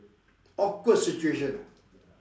awkward situation ah